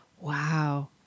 Wow